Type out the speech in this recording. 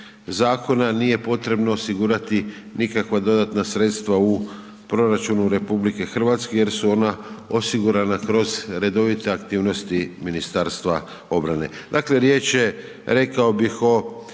zakona nije potrebno osigurati nikakva dodatna sredstva u proračunu RH, jer su ona osigurana kroz redovite aktivnosti Ministarstva obrane. Dakle riječ je rekao bi o